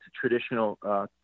traditional